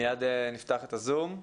מיד נפתח את ה-זום.